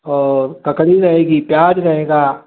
और ककड़ी रहेगी प्याज रहेगा